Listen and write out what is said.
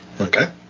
Okay